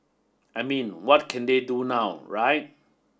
I mean what can they do now right